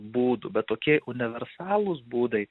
būdų bet tokie universalūs būdai